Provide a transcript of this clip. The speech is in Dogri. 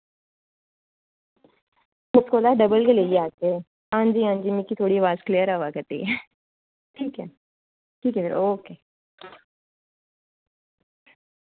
उस कोला डबल गै लेई आग्गे हां जी हां जी मिकी थुआढ़ी अवाज क्लेअर आवा करदी ऐ ठीक ऐ ठीक ऐ फिर ओके